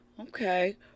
Okay